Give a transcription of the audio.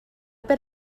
per